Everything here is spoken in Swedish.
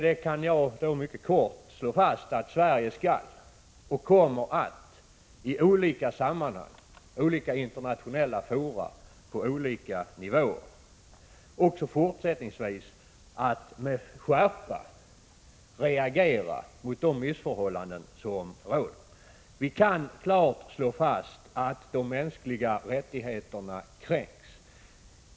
Jag kan därför helt kortfattat slå fast att Sverige i olika internationella fora och på skilda nivåer kommer att också fortsättningsvis med skärpa reagera mot de missförhållanden som råder. Vi kan konstatera att de mänskliga rättigheterna kränks.